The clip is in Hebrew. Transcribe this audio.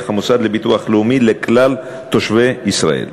המוסד לביטוח לאומי לכלל תושבי ישראל.